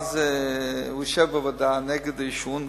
ואז הוא ישב בוועדה נגד העישון,